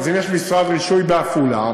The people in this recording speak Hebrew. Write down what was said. אז אם יש משרד רישוי בעפולה,